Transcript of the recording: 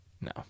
No